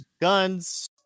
guns